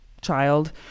child